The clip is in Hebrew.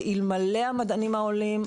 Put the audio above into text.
ואלמלא המדענים העולים,